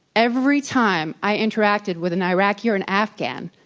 every time i interacted with an iraqi or an afghan,